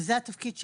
וזה התפקיד שלנו,